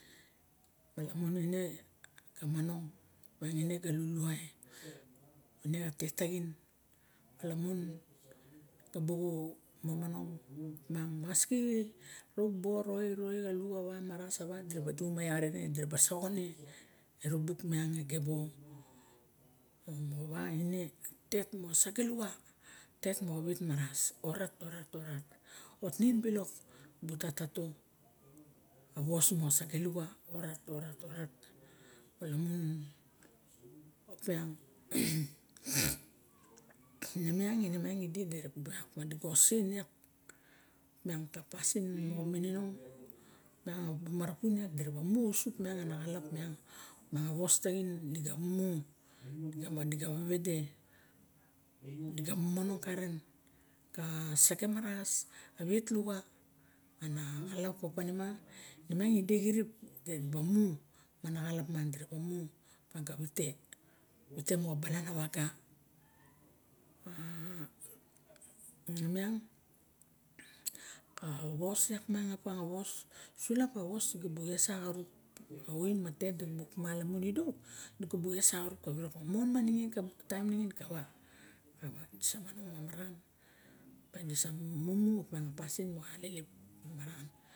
Ma lamun in na manong in e galuluai in a tet taxin lamun tabuo momonong maski rut bu voi- voi xa luxa wa? Dira mas duxuma iat ine dira mas saxo iat in erubuk miang e gebo moxowa ine tet mo sage luxa let mo wet maras orat orat otnin bilok a bata to a wso ma sage luxa orat orat opa lomun opiang ine miang idi idra ba ongasen iak miang ka pasin moxa miininong opa bu marapun iat muamu ausuk miang a wos taxin ega mu ine manima digawe wede diga momonong karen ka sage maras a wet luxa ana xalap opanima miang ide cirip dira ba mu mana xalap miang du opiang ka wite wite moxa bulana waga a nemiang a wos ak opiang sulap a wos dibuk esak arup malamun a oin ma tet dibuk malamun idi dibuk esak arup ningim kava waga te sa manong maran mumu opia pasin moxa alelep mamaran